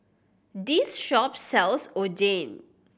this shop sells Oden